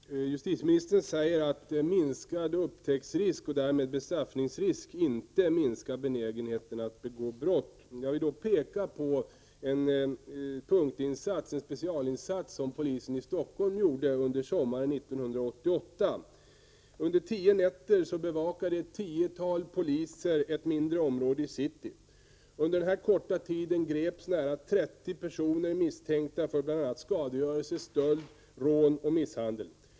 Herr talman! Justitieministern säger att upptäcktsrisk och därmed bestraffningsrisk inte minskar benägenheten att begå brott. Jag vill då peka på en specialinsats som polisen i Stockholm gjorde under sommaren 1988. Under tio nätter bevakade några tiotal poliser ett mindre område i city. Under denna korta tid greps nära 30 personer misstänkta för bl.a. skadegö Prot. 1988/89:51 relse, stöld, rån och misshandel.